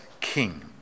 king